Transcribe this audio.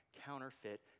counterfeit